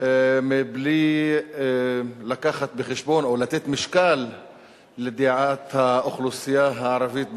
בלי להביא בחשבון או לתת משקל לדעת האוכלוסייה הערבית בנגב,